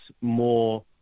more